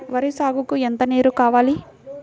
వరి సాగుకు ఎంత నీరు కావాలి?